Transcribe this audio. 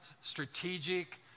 strategic